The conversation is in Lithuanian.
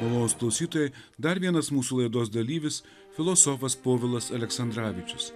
malonūs klausytojai dar vienas mūsų laidos dalyvis filosofas povilas aleksandravičius